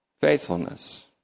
faithfulness